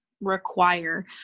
require